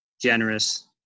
generous